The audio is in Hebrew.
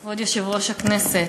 כבוד יושב-ראש הכנסת,